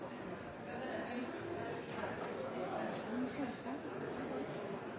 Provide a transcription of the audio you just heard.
er ikke det eneste